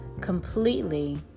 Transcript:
completely